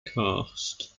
cast